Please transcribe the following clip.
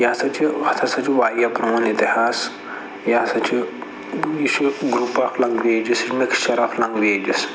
یہِ ہَسا چھِ اتھ ہَسا چھ واریاہ پرٛون اِتِحاس یہِ ہَسا چھ یہِ چھُ گرُپ اکھ لنگویجِز مکسچر آف لنگویجِز